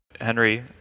Henry